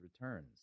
returns